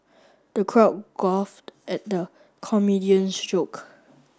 the crowd at the comedian's joke